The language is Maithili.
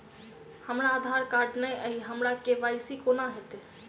हमरा आधार कार्ड नै अई हम्मर के.वाई.सी कोना हैत?